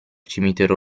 cimitero